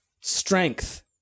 Strength